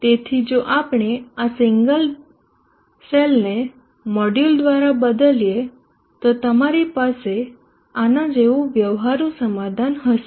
તેથી જો આપણે આ સિંગલ સેલ ને મોડ્યુલ દ્વારા બદલીએ તો તમારી પાસે આના જેવું વ્યવહારુ સમાધાન હશે